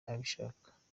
abishaka